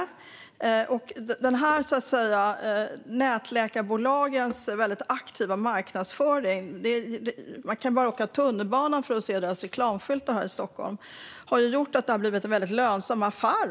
Nätläkarbolagens marknadsföring är väldigt aktiv. Man kan se deras reklamskyltar i tunnelbanan här i Stockholm. Reklamen har gjort detta till en väldigt lönsam affär.